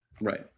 right